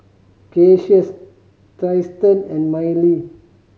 Cassius Tristen and Mylie